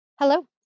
Hello